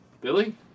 Billy